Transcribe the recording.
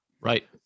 right